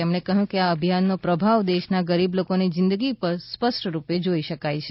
તેમણે કહ્યું કે આ અભિયાનનો પ્રભાવ દેશના ગરીબ લોકોની જીંદગી પર સ્પષ્ટરૂપે જોઇ શકાય છે